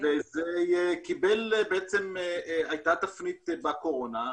הייתה תפנית בקורונה,